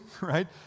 right